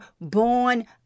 born